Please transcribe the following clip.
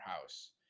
house